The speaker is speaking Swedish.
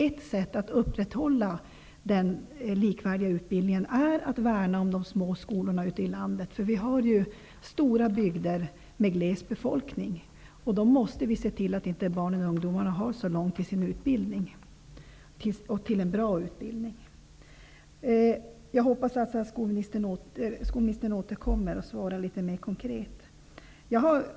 Ett sätt att upprätthålla den likvärdiga utbildningen är att värna de små skolorna i landet. Det finns stora områden som är glesbebyggda och som har liten befolkning. Vi måste se till att barn och ungdomar inte har så långt till sin skola och till en bra utbildning. Jag hoppas att skolministern återkommer och svarar litet mer konkret.